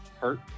Hurt